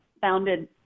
founded